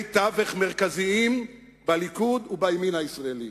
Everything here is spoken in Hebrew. תווך מרכזיים בליכוד ובימין הישראלי,